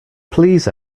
please